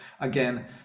Again